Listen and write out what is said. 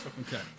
Okay